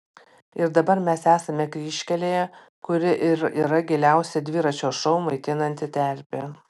ir dabar mes esame kryžkelėje kuri ir yra giliausia dviračio šou maitinanti terpė